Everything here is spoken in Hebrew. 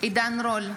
עידן רול,